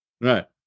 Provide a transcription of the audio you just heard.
Right